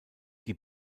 die